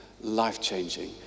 life-changing